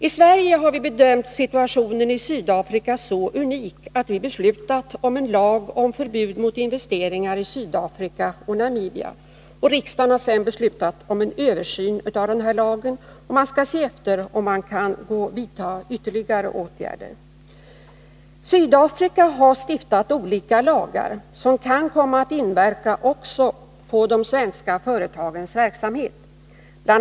I Sverige har vi bedömt situationen i Sydafrika som så unik att vi har beslutat om en lag om förbud mot investeringar i Sydafrika och Namibia, och riksdagen har sedan beslutat om en översyn av lagstiftningen och uttalat att man samtidigt skall se om vi kan vidta ytterligare åtgärder. Sydafrika har stiftat olika lagar som kan komma att inverka också på de svenska företagens verksamhet. Bl.